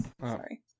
Sorry